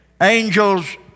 Angels